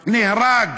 נהרג,